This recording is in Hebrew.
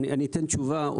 אני אתן תשובה.